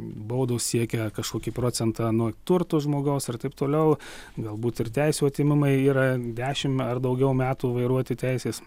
baudos siekia kažkokį procentą nuo turto žmogaus ir taip toliau galbūt ir teisių atėmimai yra dešimt ar daugiau metų vairuoti teisės